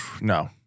No